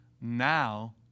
Now